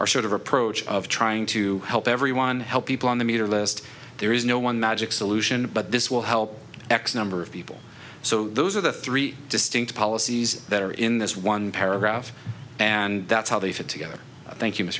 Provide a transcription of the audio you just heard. our sort of approach of trying to help everyone help people on the meter list there is no one magic solution but this will help x number of people so those are the three distinct policies that are in this one paragraph and that's how they fit together thank you m